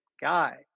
guy